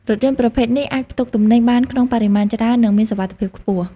រថយន្តប្រភេទនេះអាចផ្ទុកទំនិញបានក្នុងបរិមាណច្រើននិងមានសុវត្ថិភាពខ្ពស់។